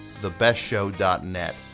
thebestshow.net